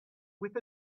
with